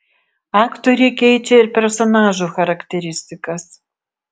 aktoriai keičia ir personažų charakteristikas